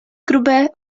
grube